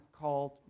called